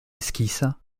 esquisses